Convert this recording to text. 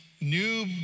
new